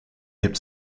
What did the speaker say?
hebt